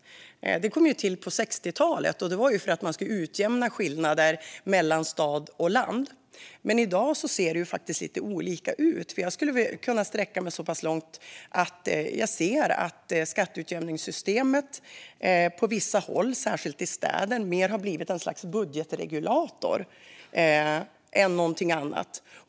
Det kom till på 60-talet för att man skulle utjämna skillnader mellan stad och land. I dag ser det lite olika ut. Jag skulle kunna sträcka mig så pass långt som att jag ser att skatteutjämningssystemet på vissa håll, särskilt i städer, har blivit mer ett slags budgetregulator än någonting annat.